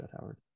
Howard